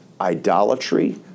idolatry